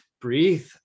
Breathe